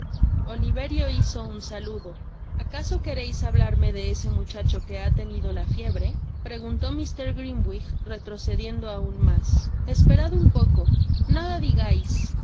oliverio hizo un saludo i acaso quereis hablarme de ese muchacho que ha tenido la fiebre preguntó mr grimwig retrocediendo aun mas esperad un poco nada digais ah